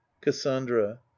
cassandra